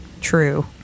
true